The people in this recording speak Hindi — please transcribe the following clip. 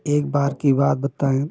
एक बार की बात बताएँ